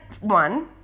one